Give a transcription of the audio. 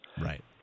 Right